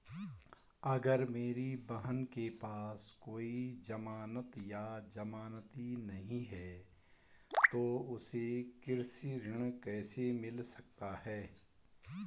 अगर मेरी बहन के पास कोई जमानत या जमानती नहीं है तो उसे कृषि ऋण कैसे मिल सकता है?